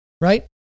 Right